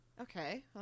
Okay